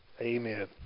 Amen